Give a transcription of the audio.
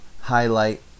highlight